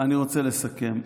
אני רוצה לסכם.